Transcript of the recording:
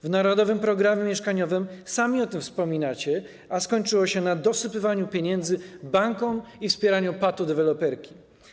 W Narodowym Programie Mieszkaniowym - sami o tym wspominacie - skończyło się na dosypywaniu pieniędzy bankom i wspieraniu patodeweloperki.